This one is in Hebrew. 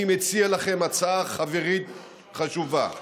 אני מציע לכם הצעה חברית חשובה: